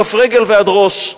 מכף רגל ועד ראש,